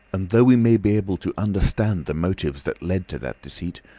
and though we may be able to understand the motives that led to that deceit,